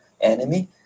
enemy